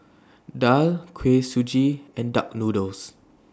Daal Kuih Suji and Duck Noodles